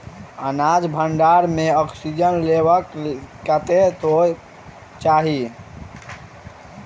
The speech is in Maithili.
अनाज भण्डारण म ऑक्सीजन लेवल कतेक होइ कऽ चाहि?